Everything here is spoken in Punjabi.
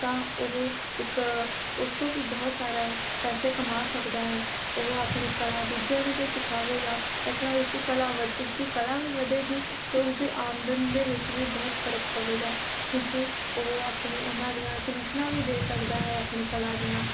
ਤਾਂ ਉਹ ਇੱਕ ਉਸ ਤੋਂ ਵੀ ਬਹੁਤ ਸਾਰਾ ਪੈਸੇ ਕਮਾ ਸਕਦਾ ਹੈ ਉਹ ਆਪਣੀ ਕਲਾ ਦੂਜਿਆਂ ਨੂੰ ਜੇ ਸਿਖਾਵੇਗਾ ਇਸ ਤਰ੍ਹਾਂ ਉਸਦੀ ਕਲਾ ਵਧ ਉਸਦੀ ਕਲਾ ਵੀ ਵਧੇਗੀ ਅਤੇ ਉਸਦੀ ਆਮਦਨ ਦੇ ਵਿੱਚ ਵੀ ਬਹੁਤ ਫ਼ਰਕ ਪਵੇਗਾ ਕਿਉਂਕਿ ਉਹ ਆਪਣੀ ਉਹਨਾਂ ਦੀਆਂ ਟਿਊਸ਼ਨਾਂ ਵੀ ਦੇ ਸਕਦਾ ਹੈ ਆਪਣੀ ਕਲਾ ਦੀਆਂ